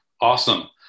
awesome